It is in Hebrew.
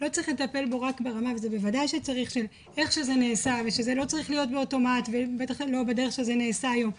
איך שזה נעשה וזה לא צריך להיות באוטומט ובטח לא בדרך שזה נעשה היום,